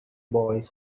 boy